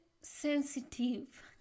sensitive